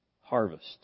harvest